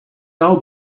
all